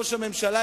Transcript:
ראש הממשלה,